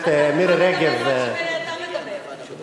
תגיד את האמת, אתה אוהב את המדינה הזו?